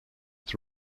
its